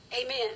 Amen